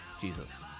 Jesus